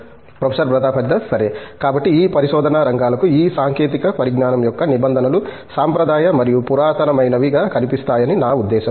professor Pratap Haridas సరే కాబట్టి ఈ పరిశోధనా రంగాలకు ఈ సాంకేతిక పరిజ్ఞానం యొక్క నిబంధనలు సాంప్రదాయ మరియు పురాతనమైనవిగా కనిపిస్తాయని నా ఉద్దేశ్యం